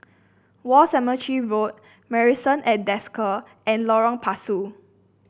War Cemetery Road Marrison at Desker and Lorong Pasu